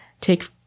take